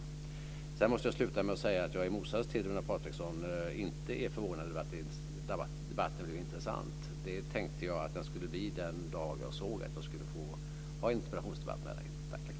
Jag måste sluta med att säga att jag i motsats till Runar Patriksson inte är förvånad över att debatten har varit intressant - det tänkte jag att den skulle bli den dag som jag såg att jag skulle få föra en interpellationsdebatt med honom. Tack!